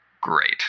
great